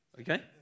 Okay